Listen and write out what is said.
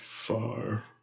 far